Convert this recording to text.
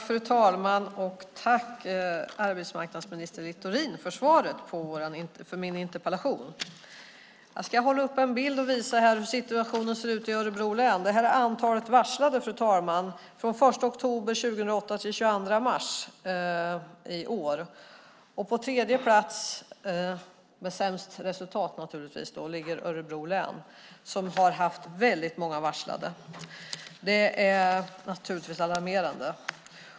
Fru talman! Tack för svaret på min interpellation, arbetsmarknadsminister Littorin! Jag ska hålla upp en bild för kammaren för att visa hur situationen ser ut i Örebro län. Bilden visar antalet varslade, fru talman, från den 1 oktober 2008 till den 22 mars i år. På tredje plats nerifrån ligger Örebro län, som har haft väldigt många varslade. Det är naturligtvis alarmerande.